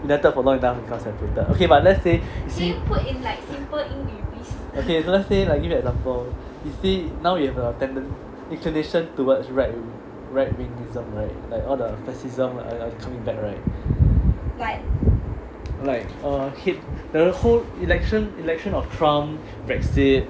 united for long enough will become separated okay let's say okay let's say give you example you see now you have a tenden~ inclination towards right being like all the fascism coming back right like uh the whole election of trump brexit